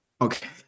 Okay